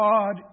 God